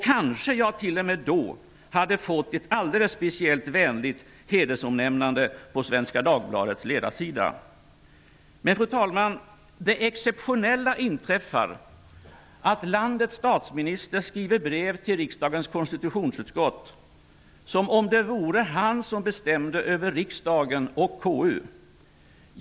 Kanske jag t.o.m. då hade fått ett alldeles speciellt vänligt hedersomnämnande på Svenska Dagbladets ledarsida. Men, fru talman, det exceptionella inträffar att landets statsminister skriver brev till riksdagens konstitutionsutskott, som om det vore han som bestämde över riksdagen och KU.